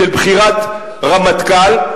של בחירת רמטכ"ל.